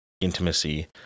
intimacy